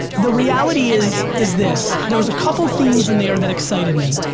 the reality is is this. there is a couple themes in there that excited me.